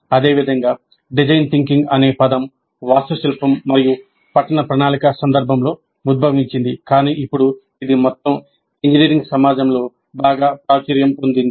అదేవిధంగా design thinking అనే పదం వాస్తుశిల్పం మరియు పట్టణ ప్రణాళిక సందర్భంలో ఉద్భవించింది కానీ ఇప్పుడు ఇది మొత్తం ఇంజనీరింగ్ సమాజంలో బాగా ప్రాచుర్యం పొందింది